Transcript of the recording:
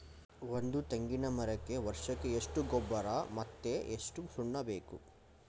ಒಂದು ತೆಂಗಿನ ಮರಕ್ಕೆ ವರ್ಷಕ್ಕೆ ಎಷ್ಟು ಗೊಬ್ಬರ ಮತ್ತೆ ಎಷ್ಟು ಸುಣ್ಣ ಬೇಕು?